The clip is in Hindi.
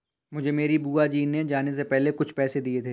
मुझे मेरी बुआ जी ने जाने से पहले कुछ पैसे दिए थे